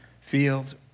field